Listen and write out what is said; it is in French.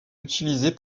utilisé